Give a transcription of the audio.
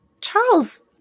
Charles